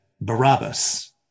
Barabbas